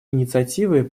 инициативы